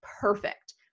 perfect